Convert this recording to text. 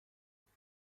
امنه